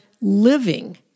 living